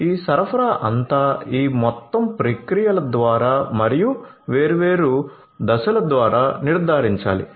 ఈ సరఫరా అంతా ఈ మొత్తం ప్రక్రియల ద్వారా మరియు వేర్వేరు దశల ద్వారా నిర్ధారించాలి